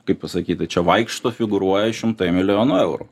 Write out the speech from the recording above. kaip pasakyta čia vaikšto figūruoja šimtai milijonų eurų